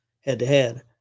head-to-head